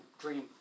dream